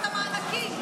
-- את המענקים.